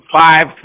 five